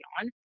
on